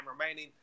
remaining